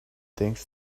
thanks